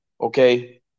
Okay